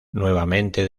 nuevamente